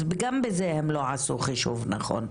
אז גם בזה הם לא עשו חישוב נכון.